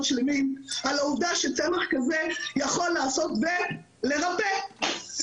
נותן אישור הלסינקי ויודע לפקח על כל סם ועל כל תרופה חדשה,